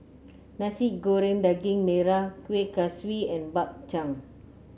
Nasi Goreng Daging Merah Kueh Kaswi and Bak Chang